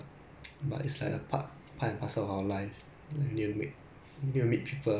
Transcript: ya lah I mean no choice lah 这种东西是要逼自己 lor then 还要还钱